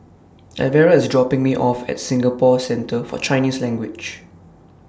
Elvera IS dropping Me off At Singapore Centre For Chinese Language